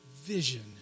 vision